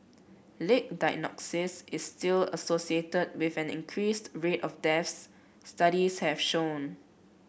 late diagnosis is still associated with an increased rate of deaths studies have shown